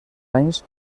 anys